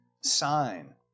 sign